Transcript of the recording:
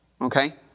okay